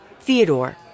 Theodore